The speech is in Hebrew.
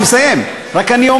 אני מסיים, אני רק אומר: